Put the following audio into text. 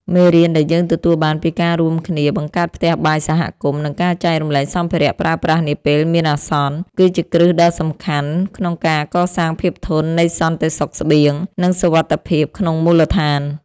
មេរៀនដែលយើងទទួលបានពីការរួមគ្នាបង្កើតផ្ទះបាយសហគមន៍ និងការចែករំលែកសម្ភារៈប្រើប្រាស់នាពេលមានអាសន្ន គឺជាគ្រឹះដ៏សំខាន់ក្នុងការកសាងភាពធន់នៃសន្តិសុខស្បៀង និងសុវត្ថិភាពក្នុងមូលដ្ឋាន។